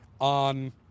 on